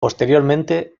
posteriormente